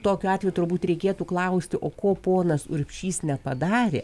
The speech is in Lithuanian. tokiu atveju turbūt reikėtų klausti o ko ponas urbšys nepadarė